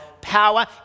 Power